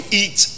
eat